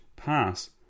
pass